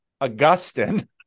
Augustine